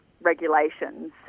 regulations